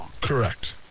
Correct